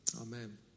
Amen